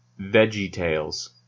VeggieTales